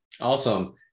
Awesome